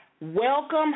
Welcome